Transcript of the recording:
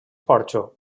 porxo